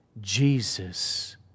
Jesus